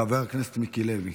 חבר הכנסת מיקי לוי.